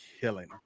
killing